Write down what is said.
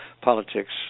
Politics